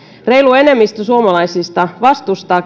reilu enemmistö suomalaisista vastustaa